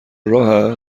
راه